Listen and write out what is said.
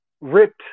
ripped